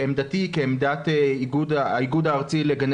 עמדתי היא כעמדת האיגוד הארצי לגני